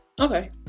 okay